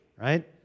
right